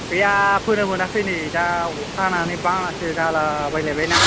गैया फोनो मोनाखै नै दा अखा हानानै बानासो जाला बायलायबायना